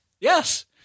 Yes